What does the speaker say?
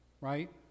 right